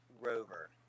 rover